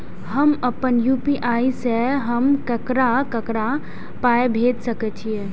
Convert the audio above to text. हम आपन यू.पी.आई से हम ककरा ककरा पाय भेज सकै छीयै?